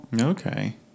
okay